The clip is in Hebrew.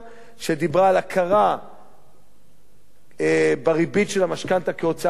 שדיברה על הכרה בריבית של המשכנתה כהוצאה מוכרת.